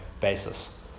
basis